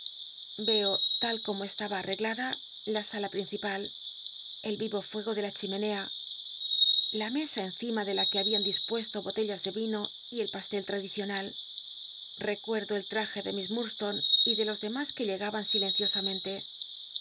veo tal t'oillo estaba al'l'eglatla la sala pl'inci jal el yiro fuego de la chimenea la mesa encima de la que habían lispuesto botellas ele yino y el pastel hadicional recuerdo el traje de miss hml lone y de los demás que llegaban silenciosamente